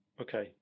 Okay